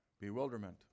bewilderment